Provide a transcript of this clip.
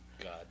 god